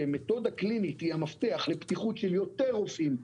שמתודה קלינית היא המפתחת לפתיחות של יותר רופאים,